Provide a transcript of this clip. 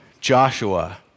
Joshua